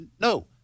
No